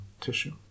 tissue